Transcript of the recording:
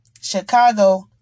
Chicago